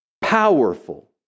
Powerful